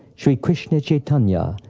shri krishna chaitanya!